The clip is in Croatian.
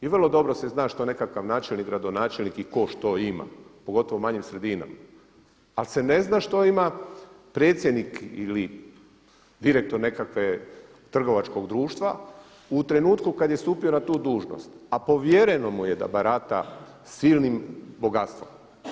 I vrlo dobro se zna što nekakav načelnik i gradonačelnik i tko što ima, pogotovo u manjim sredinama ali se ne zna što ima predsjednik ili direktor nekakvog trgovačkog društva u trenutku kada je stupio na tu dužnost a povjereno mu je da barata silnim bogatstvom.